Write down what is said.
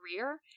career